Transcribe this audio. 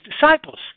disciples